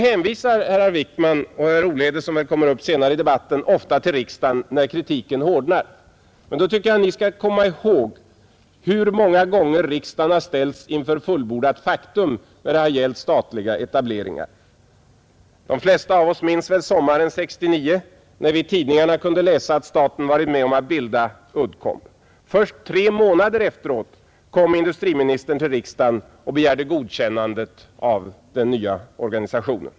Herr Wickman och herr Olhede, som väl kommer upp senare i debatten, hänvisar ofta till riksdagen, när kritiken hårdnar. Men då tycker jag att ni skall komma ihåg hur många gånger riksdagen har ställts inför fullbordat faktum när det gällt statliga etableringar. De flesta av oss minns väl sommaren 1969, när vi i tidningarna kunde läsa att staten varit med om att bilda Uddcomb. Först tre månader efteråt kom industriministern till riksdagen och begärde godkännandet av den nya organisationen.